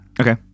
Okay